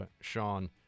Sean